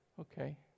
Okay